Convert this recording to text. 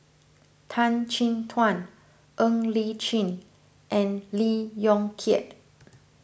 Tan Chin Tuan Ng Li Chin and Lee Yong Kiat